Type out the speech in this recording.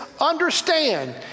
understand